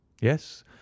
yes